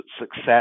success